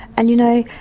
and, you know,